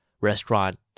restaurant